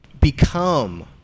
become